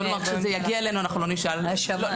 כשזה יגיע אלינו, לא נשאל מהיכן.